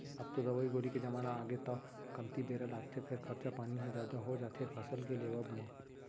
अब तो दवई गोली के जमाना आगे तौ कमती बेरा लागथे फेर खरचा पानी ह जादा हो जाथे फसल के लेवब म